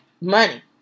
money